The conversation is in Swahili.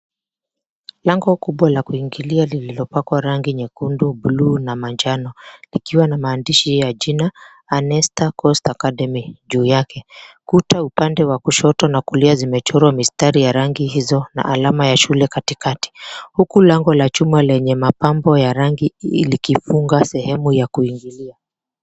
Lango kubwa la kuingilia lililopakwa rangi nyekundu, bluu na manjano ikiwa na maandishi ya jina Anesta Coast Academy juu yake. Kuta upande wa kushoto na kulia zimechorwa mistari ya rangi hizo na alama ya shule katikati, huku lango la chuma lenye mapambo ya rangi likifunga sehemu ya kuingilia.